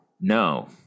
No